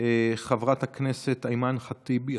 חברת הכנסת אימאן ח'טיב יאסין.